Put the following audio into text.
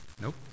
Nope